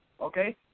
okay